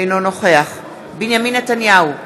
אינו נוכח בנימין נתניהו,